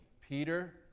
Peter